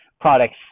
products